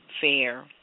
fair